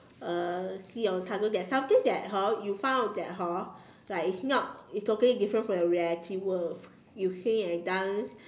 uh see or tunnel that something that hor you find out that hor like it's not it's totally different from your reality world you sing and dance